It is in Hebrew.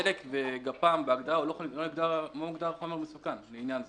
דלק וגפ"ם לא מוגדרים חומר מסוכן לעניין זה,